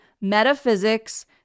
metaphysics